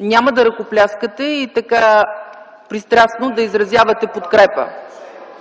няма да ръкопляскат и така пристрастно да изразяват подкрепа.